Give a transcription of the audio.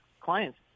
clients